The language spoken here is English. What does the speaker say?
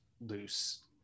loose